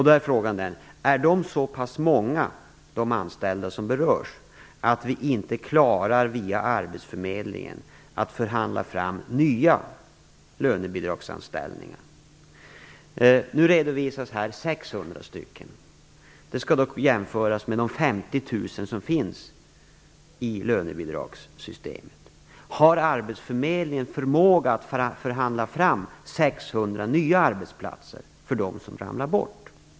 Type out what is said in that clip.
Då är frågan: Är de anställda som berörs så pass många att vi inte klarar att via arbetsförmedlingen förhandla fram nya lönebidragsanställningar? Nu redovisas här 600 stycken. De skall dock jämföras med de 50 000 som finns i lönebidragssystemet. Har arbetsförmedlingen förmåga att förhandla fram 600 nya arbetsplatser för dem som ramlar bort?